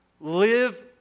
Live